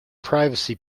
privacy